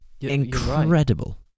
Incredible